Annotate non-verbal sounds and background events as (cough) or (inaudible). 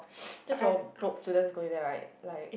(noise) just for broke students going there right like